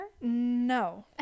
No